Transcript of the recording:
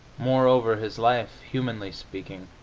moreover, his life, humanly speaking,